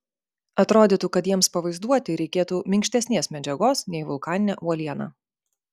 atrodytų kad jiems pavaizduoti reikėtų minkštesnės medžiagos nei vulkaninė uoliena